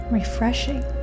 refreshing